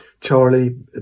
charlie